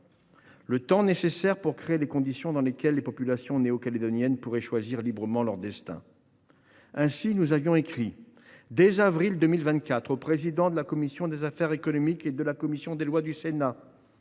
le temps nécessaire pour créer les conditions dans lesquelles les populations néo calédoniennes pourraient choisir librement leur destin. Dès avril 2024, nous avions écrit aux présidents de la commission des affaires économiques et de la commission des lois du Sénat